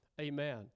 Amen